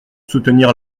soutenir